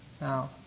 Now